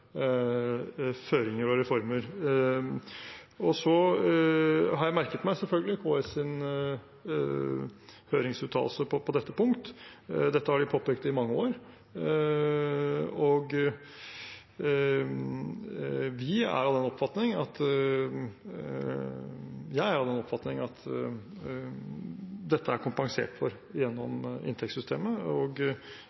føringer og reformer. Jeg har selvfølgelig merket meg KS’ høringsuttalelse på dette punktet. Dette har de påpekt i mange år, og jeg er av den oppfatning at dette er